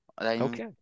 Okay